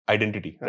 Identity